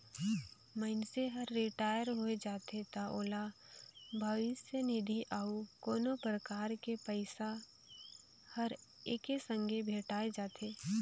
मइनसे हर रिटायर होय जाथे त ओला भविस्य निधि अउ कोनो परकार के पइसा हर एके संघे भेंठाय जाथे